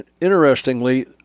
interestingly